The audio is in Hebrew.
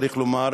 צריך לומר,